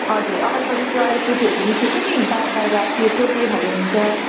हजुर अघाडिपट्टि त्यो अहिले केटीहरूको निस्केको छ नि पा बाहिर त्यो टोक्री खाले हुन्छ